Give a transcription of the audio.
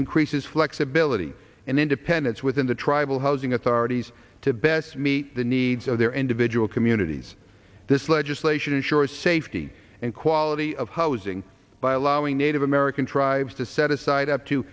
increases flexibility and independence within the tribal housing authorities to best meet the needs of their individual communities this legislation ensure safety and quality of housing by allowing native american tribes to set aside up to